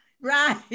Right